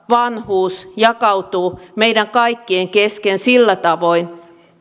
vanhuus jakautuu meidän kaikkien kesken sillä tavoin